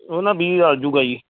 ਉਹ ਨਾਲ ਬੀਜ ਰਲ ਜੂਗਾ ਜੀ